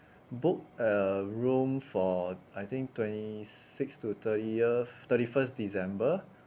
booked a room for I think twenty sixth to thirtieth thirty first december